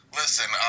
listen